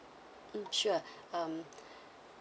mm sure um